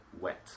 wet